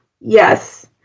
yes